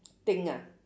thing ah